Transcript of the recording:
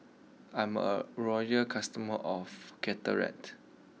I'm a loyal customer of Caltrate